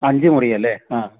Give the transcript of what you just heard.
അഞ്ചു മുറിയല്ലേ ആ